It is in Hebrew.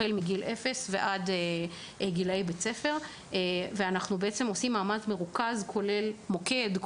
החל מגיל לידה ועד גיל בית ספר אנחנו עושים מאמץ מרוכז כולל מוקד,